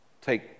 take